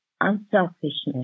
unselfishness